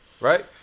Right